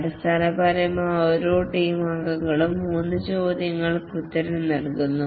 അടിസ്ഥാനപരമായി ഓരോ ടീം അംഗവും 3 ചോദ്യങ്ങൾക്ക് ഉത്തരം നൽകുന്നു